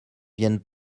viennent